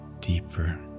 Deeper